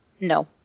no